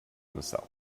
himself